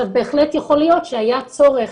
בהחלט יכול להיות שהיה צורך,